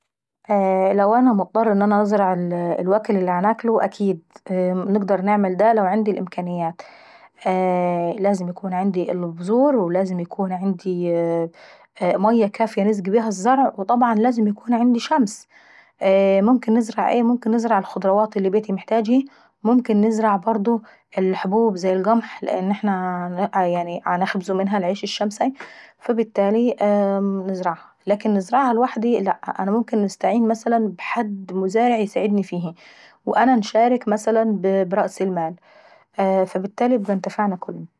لو انا مضطرة ان انا نزرع الوكل اللي عناكله ؟ أكيد هنزرع لاني انا عندي الإمكانيات. لازم يكون عندي البذور ولازم يكون عندي مية كافية نزقي بيها الزرع وطبعا لازم يكون عندي شمس. اييه مممكن نزرع ايه ممكن نزرع الخضروات اللي بيتي محتجاهي. وممكن نزرع برضه الحبوب زي القمح لان احنا بنخبزو منها العيش الشمسي. فالبتالي نزرعها، لكن نزرعها لوحدي؟ لا، انا ممكن نستعين مثلا بحد مزارع يساعدني فيهيي وانا نشارك مثلا برأس المال، فالبتالي يبقى انتفعنا كلنيي.